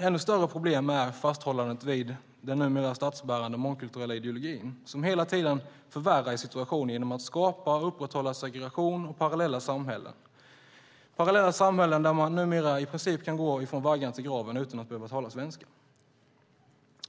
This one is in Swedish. ännu större problem är fasthållandet vid den numera statsbärande mångkulturella ideologin som hela tiden förvärrar situationen genom att skapa och upprätthålla segregation och parallella samhällen där man numera i princip kan gå från vaggan till graven utan att behöva tala svenska.